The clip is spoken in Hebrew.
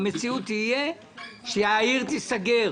המציאות תהיה שהעיר תיסגר.